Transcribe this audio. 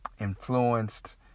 influenced